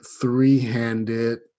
three-handed